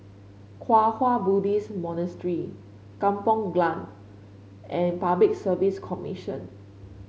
Kwang Hua Buddhist Monastery Kampong Glam and Public Service Commission